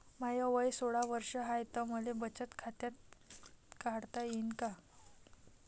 माय वय सोळा वर्ष हाय त मले बचत खात काढता येईन का?